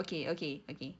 okay okay okay